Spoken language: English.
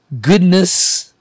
goodness